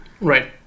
right